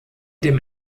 dem